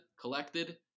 collected